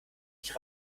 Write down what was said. nicht